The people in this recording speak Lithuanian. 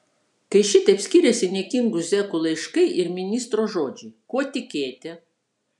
kai šitaip skiriasi niekingų zekų laiškai ir ministro žodžiai kuo tikėti